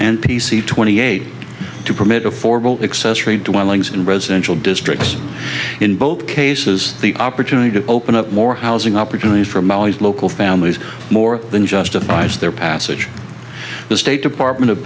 c twenty eight to permit affordable accessory dwellings in residential district in both cases the opportunity to open up more housing opportunities for mali's local families more than justifies their passage to the state department of